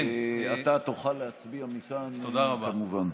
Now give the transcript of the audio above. אתה תוכל להצביע מכאן, כמובן.